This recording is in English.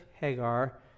Hagar